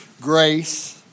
grace